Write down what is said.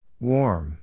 Warm